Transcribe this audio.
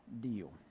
deal